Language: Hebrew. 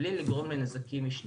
בלי לגרום לנזקים משניים,